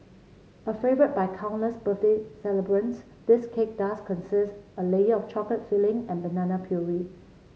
a favourite by countless birthday celebrants this cake does consist a layer of chocolate filling and banana puree